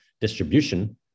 distribution